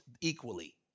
equally